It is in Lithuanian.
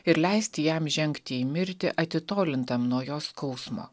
ir leisti jam žengti į mirtį atitolintam nuo jo skausmo